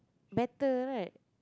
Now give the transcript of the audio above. better right